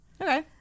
Okay